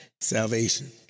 salvation